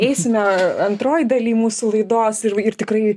eisime antroj daly mūsų laidos ir tikrai